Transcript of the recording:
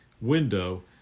window